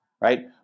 right